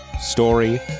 Story